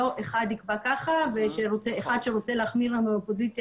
לא אחד יקבע ככה ואחד שרוצה להחמיר עם הקואליציה